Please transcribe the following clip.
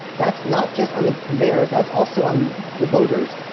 that's not just on the mayors. that's also on the voters.